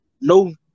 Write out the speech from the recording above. no